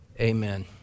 Amen